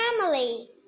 family